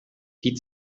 die